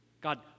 God